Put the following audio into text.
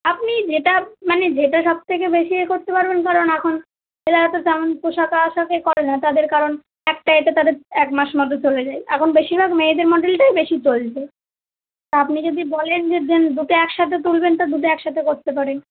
আপনি যেটা মানে যেটা সবথেকে বেশি এ করতে পারবেন কারণ এখন এরা এত তেমন পোশাকে আশাকে করে না তাদের কারণ একটা এতে তাদের একমাস মতো চলে যায় এখন বেশিরভাগ মেয়েদের মডেলটাই বেশি চলছে তা আপনি যদি বলেন যে দেন দুটো একসাথে তুলবেন তো দুটো একসাথে করতে পারেন